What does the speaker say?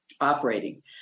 operating